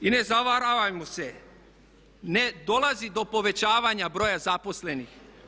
I ne zavaravajmo se, ne dolazi do povećavanja broja zaposlenih.